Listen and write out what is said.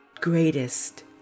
greatest